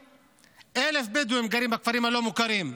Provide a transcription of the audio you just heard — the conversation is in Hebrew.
130,000 בדואים גרים בכפרים הלא-מוכרים.